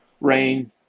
rain